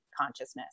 consciousness